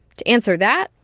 to answer that,